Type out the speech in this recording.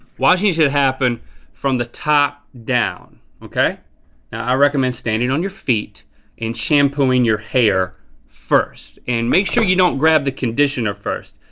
washing should happen from the top down, okay? now i recommend standing on your feet and shampooing your hair first and make sure you don't grab the conditioner first.